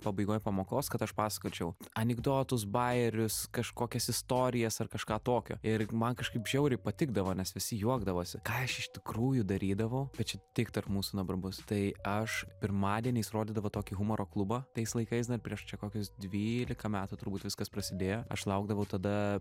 pabaigoj pamokos kad aš pasakočiau anekdotus bajerius kažkokias istorijas ar kažką tokio ir man kažkaip žiauriai patikdavo nes visi juokdavosi ką aš iš tikrųjų darydavau bet čia tik tarp mūsų dabar bus tai aš pirmadieniais rodydavo tokį humoro klubą tais laikais dar prieš čia kokius dvylika metų turbūt viskas prasidėjo aš laukdavau tada